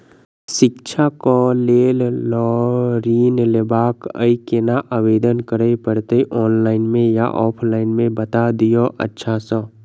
शिक्षा केँ लेल लऽ ऋण लेबाक अई केना आवेदन करै पड़तै ऑनलाइन मे या ऑफलाइन मे बता दिय अच्छा सऽ?